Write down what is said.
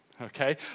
Okay